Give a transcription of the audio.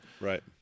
Right